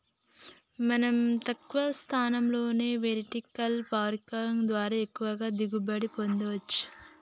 మనం తక్కువ స్థలంలోనే వెర్టికల్ పార్కింగ్ ద్వారా ఎక్కువగా దిగుబడి పొందచ్చు